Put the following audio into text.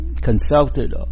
consulted